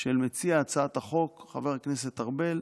של מציע הצעת החוק, חבר הכנסת ארבל,